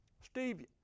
steve